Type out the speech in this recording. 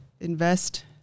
invest